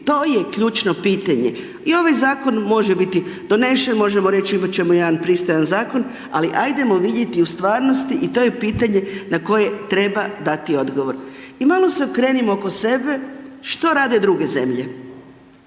To je ključno pitanje. I ovaj zakon može biti donesen, možemo reći imati ćemo jedan pristojan zakon ali ajdemo vidjeti u stvarnosti i to je pitanje na koje treba dati odgovor. I malo se okrenimo oko sebe što rade druge zemlje.